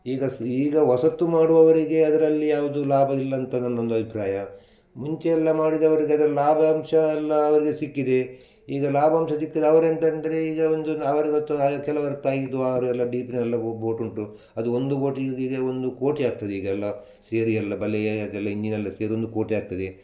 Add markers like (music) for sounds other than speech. ಈಗ ಸೀಗ ಹೊಸತು ಮಾಡುವವರಿಗೆ ಅದರಲ್ಲಿ ಯಾವುದು ಲಾಭ ಇಲ್ಲ ಅಂತ ನನ್ನೊಂದು ಅಭಿಪ್ರಾಯ ಮುಂಚೆ ಎಲ್ಲ ಮಾಡಿದವರಿಗೆ ಅದರ ಲಾಭಾಂಶ ಎಲ್ಲ ಅವರಿಗೆ ಸಿಕ್ಕಿದೆ ಈಗ ಲಾಭಾಂಶ ಸಿಕ್ಕಿದೆ ಅವರೆಂತಂದ್ರೆ ಈಗ ಒಂದು ನ ಅವರಿಗೆ ಹತ್ತು (unintelligible) ಕೆಲವತ್ತೈದು ಆರು ಎಲ್ಲ ಡೀಪ್ನೆಲ್ಲ ಬೊ ಬೋಟ್ ಉಂಟು ಅದು ಒಂದು ಬೋಟಿಗೆ ಈಗ ಈಗೆಲ್ಲ ಒಂದು ಕೋಟಿ ಆಗ್ತದೆ ಈಗೆಲ್ಲ ಸೇರಿಯೆಲ್ಲ ಬಲೆಯ ಅದೆಲ್ಲ ಇಂಜಿನೆಲ್ಲ ಸೇರಿ ಒಂದು ಕೋಟಿ ಆಗ್ತದೆ